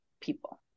people